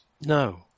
No